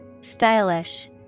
Stylish